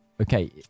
Okay